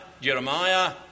Jeremiah